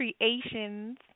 Creations